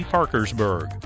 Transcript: Parkersburg